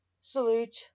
Salute